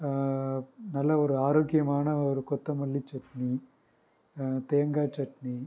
நல்ல ஒரு ஆரோக்கியமான ஒரு கொத்தமல்லி சட்னி தேங்காய் சட்னி